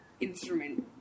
instrument